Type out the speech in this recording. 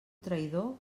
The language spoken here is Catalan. traïdor